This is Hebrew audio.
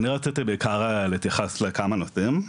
אני רציתי בעיקר להתייחס לכמה נושאים.